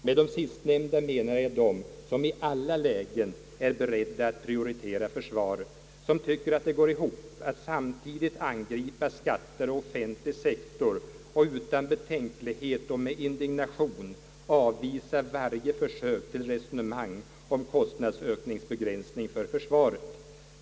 Med de sistnämnda menar jag dem som i alla lägen är beredda att prioritera försvaret, som tycker att det går ihop att samtidigt angripa skatter och offentlig sektor och utan betänklighet och med indignation avvisa varje försök till resonemang om kostnadsökningsbegränsningen för försvaret.